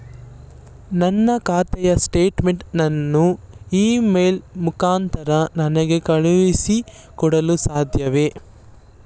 ನನ್ನ ಖಾತೆಯ ಸ್ಟೇಟ್ಮೆಂಟ್ ಅನ್ನು ಇ ಮೇಲ್ ಮುಖಾಂತರ ನನಗೆ ಕಳುಹಿಸಿ ಕೊಡಲು ಸಾಧ್ಯವೇ?